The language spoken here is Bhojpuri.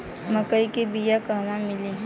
मक्कई के बिया क़हवा मिली?